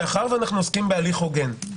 אנחנו עוסקים בהליך הוגן.